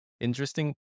interesting